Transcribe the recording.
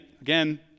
again